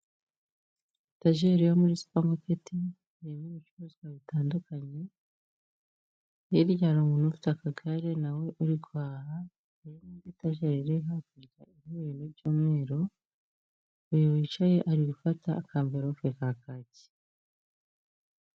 Tajeri yo muri supamaketi irimo ibicuruzwa bitandukanye, hirya hari umuntu ufite akagare nawe uri guhaha hari n'indi tajeri iri hakurya, iriho ibintu by'umweru, uyu wicaye ari gufata akamverope ka kacyi.